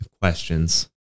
questions